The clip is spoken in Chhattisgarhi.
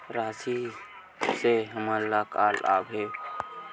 राशि से हमन ला का लाभ हे?